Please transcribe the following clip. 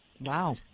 Wow